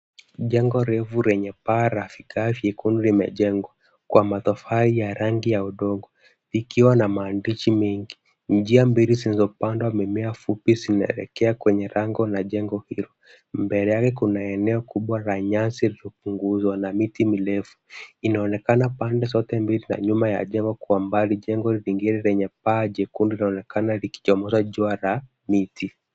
Jengo refu lenye paa la vigae vyekundu limejengwa kwa matofali ya rangi ya udongo ikiwa na maandishi mengi. Njia mbili zilizopandwa mimea fupi zimeelekea kwenye lango la jengo hilo. Mbele yake kuna eneo kubwa la nyasi lililopunguzwa na miti mirefu inaonekana pande zote mbili na nyuma ya jengo kwa mbali jengo lingine lenye paa jekundu linaonekana likichomoza jua la miti.